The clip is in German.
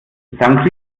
sangria